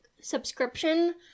subscription